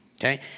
Okay